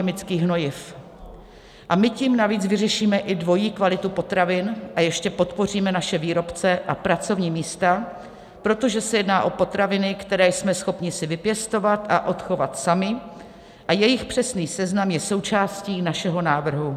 My tím navíc vyřešíme i dvojí kvalitu potravin a ještě podpoříme naše výrobce a pracovní místa, protože se jedná o potraviny, které jsme schopni si vypěstovat a odchovat sami, a jejich přesný seznam je součástí našeho návrhu.